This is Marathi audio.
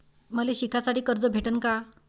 मले शिकासाठी कर्ज भेटन का?